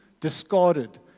discarded